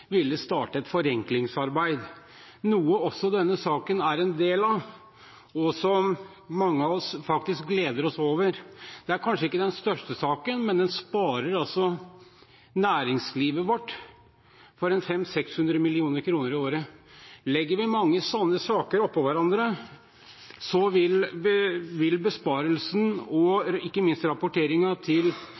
ville starte et forenklingsarbeid, noe som også denne saken er en del av, og som mange av oss faktisk gleder oss over. Det er kanskje ikke den største saken, men den sparer næringslivet vårt for 500–600 mill. kr i året. Dersom vi legger mange sånne saker oppå hverandre, vil besparelsen og ikke minst